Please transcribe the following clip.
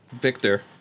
victor